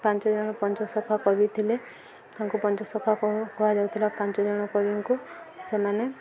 ପାଞ୍ଚଜଣ ପଞ୍ଚସଖା କବି ଥିଲେ ତାଙ୍କୁ ପଞ୍ଚସଖା କୁ କୁହାଯାଉ ଥିଲା ପାଞ୍ଚ ଜଣ କବିଙ୍କୁ ସେମାନେ